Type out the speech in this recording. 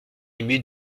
ému